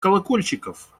колокольчиков